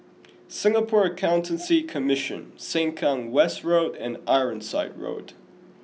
Singapore Accountancy Commission Sengkang West Road and Ironside Road